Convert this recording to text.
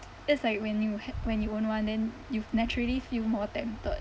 it's like when you ha~ when you own one then you naturally feel more tempted